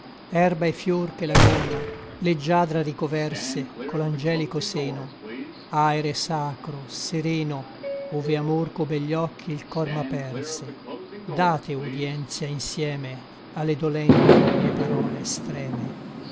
herba et fior che la gonna leggiadra ricoverse co l'angelico seno aere sacro sereno ove amor co begli occhi il cor m'aperse date udïenza insieme a le dolenti mie parole extreme